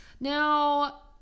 Now